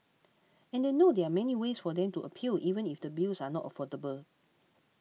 and they know there are many ways for them to appeal even if the bills are not affordable